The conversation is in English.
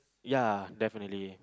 ya definitely